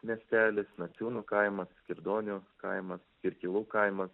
miestelis nociūnų kaimo kirdonių kaimas kirkilų kaimas